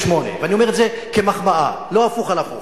1948. אני אומר את זה כמחמאה ולא הפוך על הפוך.